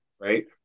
right